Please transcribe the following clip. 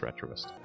retroist